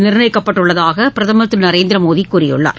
நிர்ணயிக்கப்பட்டுள்ளதாக பிரதமர் திரு நரேந்திர மோடி கூறியுள்ளார்